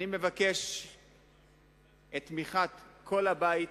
אני מבקש את תמיכת כל הבית.